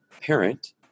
parent